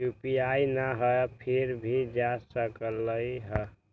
UPI न हई फिर भी जा सकलई ह?